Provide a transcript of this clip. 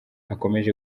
akomeje